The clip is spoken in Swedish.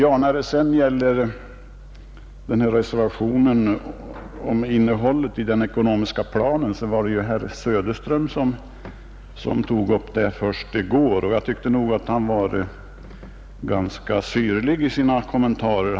Reservationen beträffande frågan om innehållet i den ekonomiska planen togs i går upp först av herr Söderström. Jag tyckte nog att han var ganska syrlig i sina kommentarer.